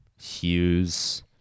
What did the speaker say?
Hughes